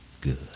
good